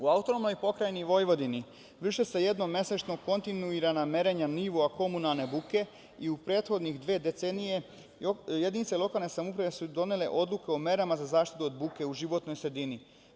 U AP Vojvodini vrše se jednom mesečno kontinuirana merenja nivoa komunalne buke i u prethodne dve decenije jedinice lokalne samouprave su doneli odluku o merama za zaštitu od buke u životnoj sredini.